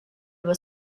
were